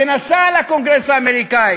ונסע לקונגרס האמריקני